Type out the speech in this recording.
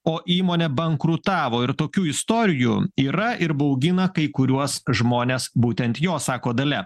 o įmonė bankrutavo ir tokių istorijų yra ir baugina kai kuriuos žmones būtent jos sako dalia